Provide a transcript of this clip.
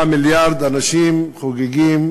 4 מיליארד אנשים חוגגים